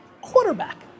quarterback